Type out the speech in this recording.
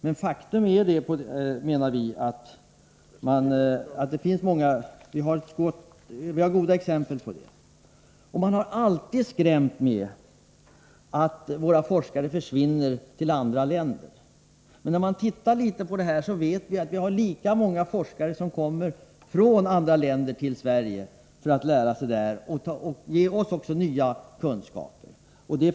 Man har alltid försökt skrämmas med att säga att våra forskare försvinner till andra länder. Men det kommer faktiskt lika många forskare hit från andra länder för att lära sig och ge oss nya kunskaper.